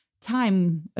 time